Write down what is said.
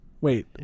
Wait